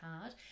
hard